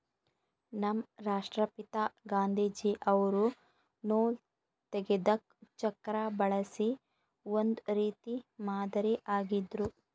ನಮ್ ರಾಷ್ಟ್ರಪಿತಾ ಗಾಂಧೀಜಿ ಅವ್ರು ನೂಲ್ ತೆಗೆದಕ್ ಚಕ್ರಾ ಬಳಸಿ ಒಂದ್ ರೀತಿ ಮಾದರಿ ಆಗಿದ್ರು